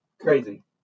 Crazy